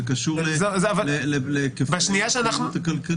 זה קשור להיקפי הפעילות הכלכלית.